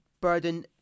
burden